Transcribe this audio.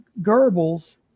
Goebbels